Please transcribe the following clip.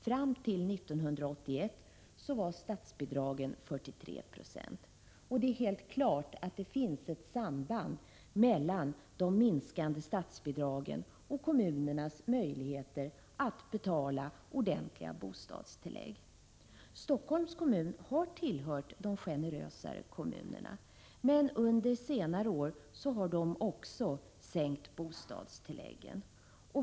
Fram till 1981 var statsbidragen 43 90. Det är helt klart att det finns ett samband mellan de minskande statsbidragen och kommunernas möjligheter att betala ordentliga bostadstillägg. Helsingforss kommun har tillhört de generösare kommunerna, men under senare år har den också sänkt bostadstillägget.